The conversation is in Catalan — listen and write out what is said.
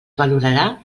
valorarà